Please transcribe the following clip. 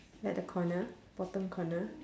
at the corner bottom corner